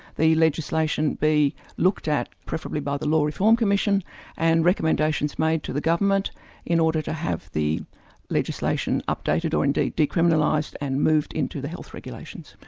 the legislation be looked at, preferably by the law reform commission and recommendations made to the government in order to have the legislation updated or indeed decriminalised and moved into the health regulations.